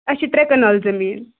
اَسہِ چھِ ترٛےٚ کَنال زٔمیٖن